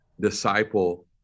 disciple